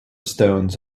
stones